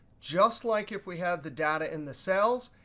just like if we have the data in the cells,